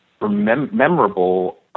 memorable